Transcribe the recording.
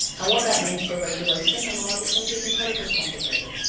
and what that means for regulation, among other things, is incredibly complicated.